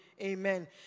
Amen